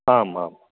आम् आम्